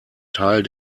teil